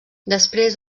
després